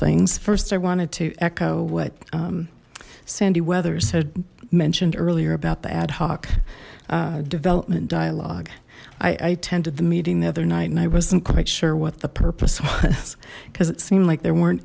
things first i wanted to echo what sandy weathers had mentioned earlier about the ad hoc development dialogue i attended the meeting the other night and i wasn't quite sure what the purpose was because it seemed like there weren't